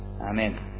Amen